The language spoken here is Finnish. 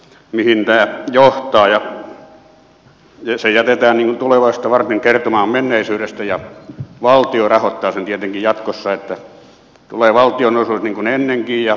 se jätetään niin kuin tulevaisuutta varten kertomaan menneisyydestä ja valtio rahoittaa sen tietenkin jatkossa niin että tulevat valtionosuudet niin kuin ennen ja niin edelleen